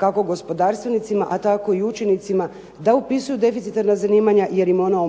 kako gospodarstvenicima, a tako i učenicima da upisuju deficitarna zanimanja jer im ona